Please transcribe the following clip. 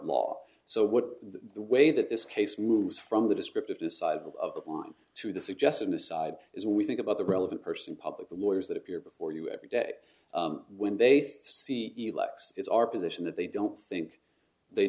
law so what the way that this case moves from the descriptive this side of the line to the suggestion aside as we think about the relevant person public the lawyers that appear before you every day when they see the lax it's our position that they don't think they